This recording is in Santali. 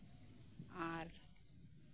ᱟᱨ